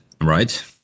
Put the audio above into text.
right